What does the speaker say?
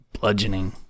bludgeoning